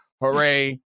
Hooray